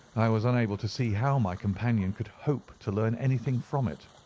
i was unable to see how my companion could hope to learn anything from it.